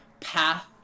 Path